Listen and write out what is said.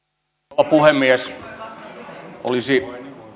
rouva puhemies olisi